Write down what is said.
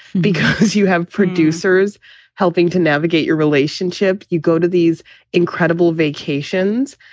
because you have producers helping to navigate your relationship. you go to these incredible vacations.